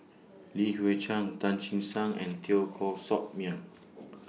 Li Hui Cheng Tan Che Sang and Teo Koh Sock Miang